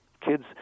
Kids –